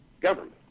government